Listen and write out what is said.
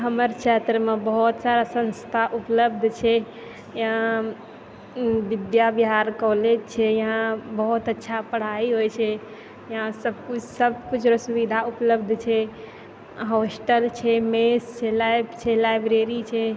हमर क्षेत्रमे बहुत सारा संस्था उपलब्ध छै यहाँ विद्या विहार कॉलेज छै यहाँ बहुत अच्छा पढ़ाइ होइ छै यहाँ सबकिछु रऽ सुविधा ऊपलब्ध छै हॉस्टल छै मेस छै लैब छै लाइब्रेरी छै